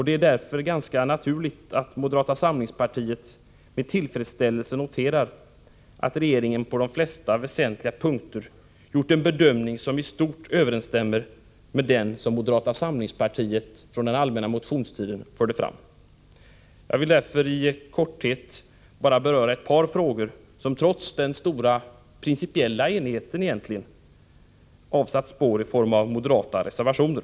Det är därför ganska naturligt att moderata samlingspartiet med tillfredsställelse noterar att regeringen på de flesta väsentliga punkter gjort en bedömning som i stort överensstämmer med den som moderata samlingspartiet förde fram under allmänna motions tiden. Jag skall därför bara i korthet beröra ett par frågor som, trots den stora — Nr 55 principiella enigheten, avsatt spår i form av moderata reservationer.